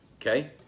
Okay